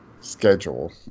schedule